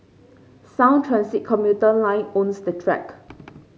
Sound Transit commuter line owns the track